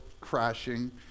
crashing